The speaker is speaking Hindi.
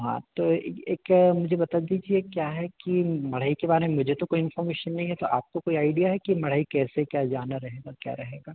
हाँ तो एक क्या है मुझे बता दीजिए कि ये क्या है कि मढ़ई के बारे में मुझे तो कोई इंफ़ोमेशन नई है तो आपको कोई आइडिया है कि मढ़ई कैसे क्या जाना रहेगा क्या रहेगा